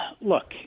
look